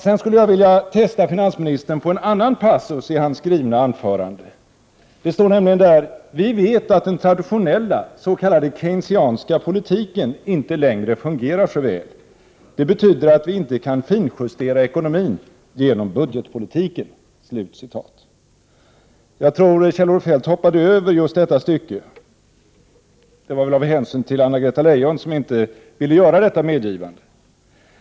Sedan skulle jag vilja testa finansministern på en annan passus i hans skrivna anförande. Det står nämligen: ”Vi vet att den traditionella s.k. keynesianska politiken inte längre fungerar så väl. Det betyder att vi inte kan finjustera ekonomin genom budgetpolitiken.” Jag tror att Kjell-Olof Feldt hoppade över just detta stycke. Det var väl av hänsyn till Anna-Greta Leijon som inte ville göra detta medgivande.